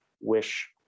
wish